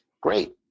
Great